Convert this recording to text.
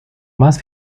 más